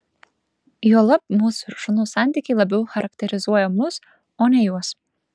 juolab mūsų ir šunų santykiai labiau charakterizuoja mus o ne juos